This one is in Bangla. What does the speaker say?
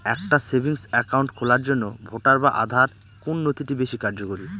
একটা সেভিংস অ্যাকাউন্ট খোলার জন্য ভোটার বা আধার কোন নথিটি বেশী কার্যকরী?